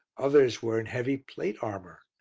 others were in heavy plate armour.